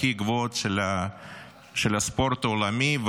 הכי גבוהות של הספורט העולמי.